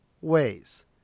ways